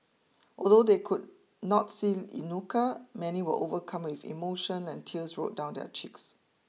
although they could not see Inuka many were overcome with emotion and tears rolled down their cheeks